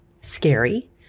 scary